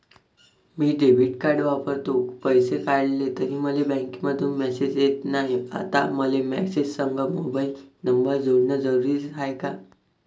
मी debit card वापरतो, पैसे काढले तरी मले बँकेमंधून मेसेज येत नाय, आता मले बँकेसंग मोबाईल नंबर जोडन जरुरीच हाय का?